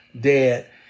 dead